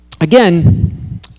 Again